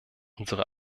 unsere